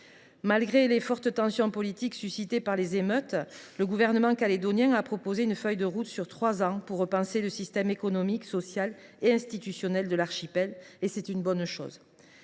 Malgré les fortes tensions politiques suscitées par les émeutes, le gouvernement néo calédonien a proposé une feuille de route sur trois ans pour repenser le système économique, social et institutionnel de l’archipel. C’est une bonne chose.